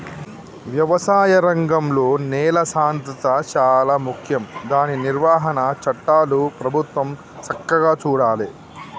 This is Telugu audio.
వ్యవసాయ రంగంలో నేల సాంద్రత శాలా ముఖ్యం దాని నిర్వహణ చట్టాలు ప్రభుత్వం సక్కగా చూడాలే